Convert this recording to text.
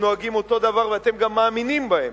נוהגים אותו דבר ואתם גם מאמינים בהם,